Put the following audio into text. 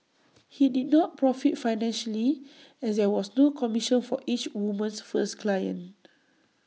he did not profit financially as there was no commission for each woman's first client